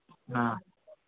हाँ